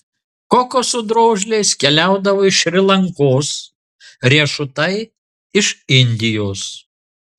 kokoso drožlės keliaudavo iš šri lankos riešutai iš indijos